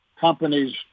companies